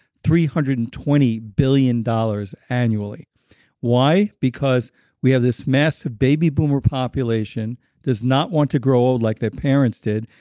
three hundred and twenty billion dollars annually why? because we have this massive baby boomer population does not want to grow old like their parents did.